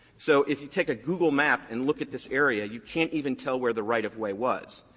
so if you take a google map and look at this area, you can't even tell where the right-of-way was.